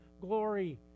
glory